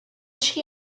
she